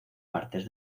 partes